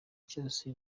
cyose